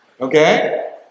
okay